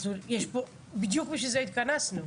בדיוק בשביל זה התכנסנו.